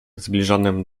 zbliżonym